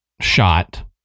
shot